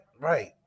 right